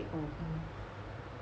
oh